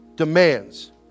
demands